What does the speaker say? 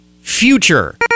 future